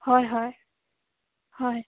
হয় হয় হয়